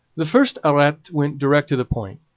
the first arret went direct to the point.